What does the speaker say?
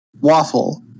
waffle